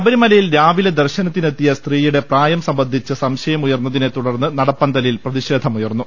ശബരിമലയിൽ രാവിലെ ദർശനത്തിനെത്തിയ സ്ത്രീയുടെ പ്രായം സംബന്ധിച്ച് സംശയം ഉയർന്നതിനെതുടർന്ന് നടപന്തലിൽ പ്രതിഷേധമു യർന്നു